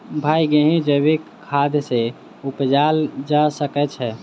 भाई गेंहूँ जैविक खाद सँ उपजाल जा सकै छैय?